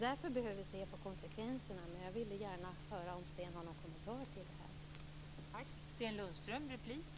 Därför behöver vi se på konsekvenserna. Jag vill gärna höra om Sten har någon kommentar till det här.